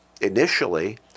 initially